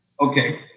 okay